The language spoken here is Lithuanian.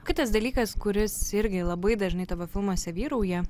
kitas dalykas kuris irgi labai dažnai tavo filmuose vyrauja